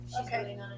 okay